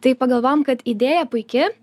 tai pagalvojom kad idėja puiki